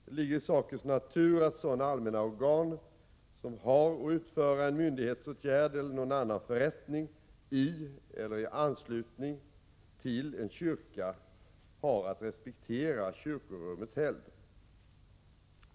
Det ligger i sakens natur att sådana allmänna organ som har att utföra myndighetsåtgärd eller någon annan förrättning i eller i anslutning till en kyrka har att respektera kyrkorummets helgd.